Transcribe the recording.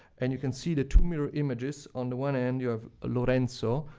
and you can see the two mirror images. on the one hand, you have lorenzo,